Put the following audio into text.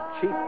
cheap